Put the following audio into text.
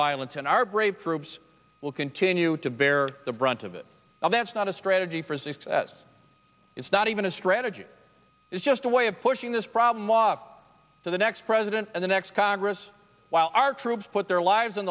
violence in our brave troops will continue to bear the brunt of it all that's not a strategy for success it's not even a strategy it's just a way of pushing this problem to the next president and the next congress while our troops put their lives on